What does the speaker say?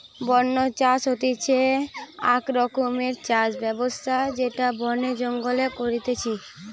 বন্য চাষ হতিছে আক রকমকার চাষ ব্যবস্থা যেটা বনে জঙ্গলে করতিছে